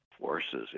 forces